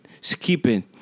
skipping